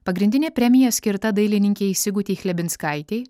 pagrindinė premija skirta dailininkei sigutei chlebinskaitei